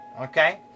Okay